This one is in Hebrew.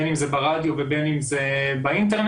בין אם זה ברדיו ובין אם זה באינטרנט.